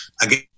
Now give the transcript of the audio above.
Again